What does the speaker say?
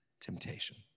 temptation